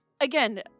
again